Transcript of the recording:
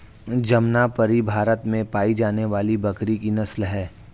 जमनापरी भारत में पाई जाने वाली बकरी की नस्ल है